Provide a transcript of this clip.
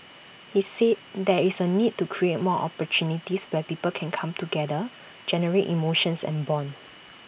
he said there is A need to create more opportunities where people can come together generate emotions and Bond